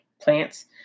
plants